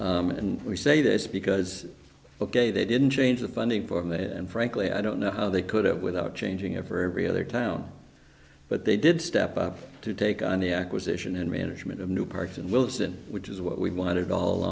district and we say this because ok they didn't change the funding form and frankly i don't know how they could have without changing it for every other town but they did step up to take on the acquisition and management of new parks and wilson which is what we wanted all